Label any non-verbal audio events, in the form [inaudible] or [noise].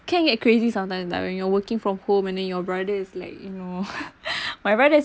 can get crazy sometimes though when you're working from home and then your brother is like you know [laughs] my brother is